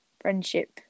friendship